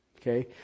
Okay